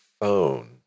phone